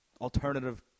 alternative